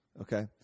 okay